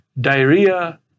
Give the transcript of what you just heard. diarrhea